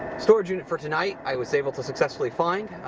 storage unit for tonight i was able to successfully find.